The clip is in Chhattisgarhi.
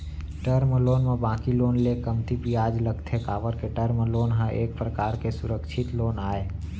टर्म लोन म बाकी लोन ले कमती बियाज लगथे काबर के टर्म लोन ह एक परकार के सुरक्छित लोन आय